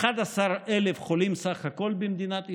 ו-11,000 חולים בסך הכול במדינת ישראל,